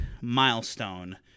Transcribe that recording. milestone